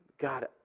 God